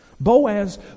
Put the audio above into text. Boaz